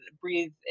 breathe